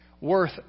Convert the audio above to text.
worth